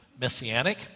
Messianic